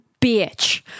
bitch